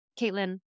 Caitlin